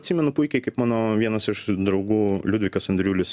atsimenu puikiai kaip mano vienas iš draugų liudvikas andriulis